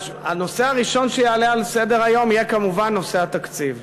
הנושא הראשון שיעלה על סדר-היום יהיה כמובן נושא התקציב,